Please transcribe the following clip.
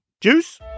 juice